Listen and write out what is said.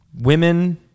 women